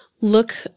Look